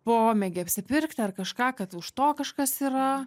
pomėgį apsipirkti ar kažką kad už to kažkas yra